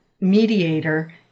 mediator